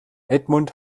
edmund